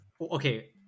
okay